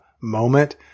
moment